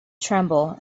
tremble